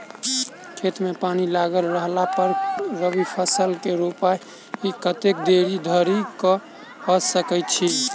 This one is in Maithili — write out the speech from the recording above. खेत मे पानि लागल रहला पर रबी फसल केँ रोपाइ कतेक देरी धरि कऽ सकै छी?